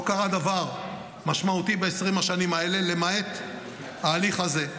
לא קרה דבר משמעותי ב-20 השנים האלה למעט ההליך הזה.